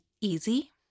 easy